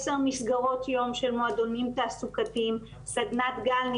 עשר מסגרות יום של מועדונים תעסוקתיים, סדנת גן.